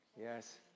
Yes